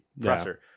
presser